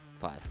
Five